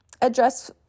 address